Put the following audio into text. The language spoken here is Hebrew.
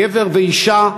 גבר ואישה,